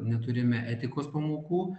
neturime etikos pamokų